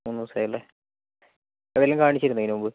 മൂന്ന് ദിവസമായല്ലേ എവിടെയെങ്കിലും കാണിച്ചിരുന്നോ ഇതിന് മുൻപ്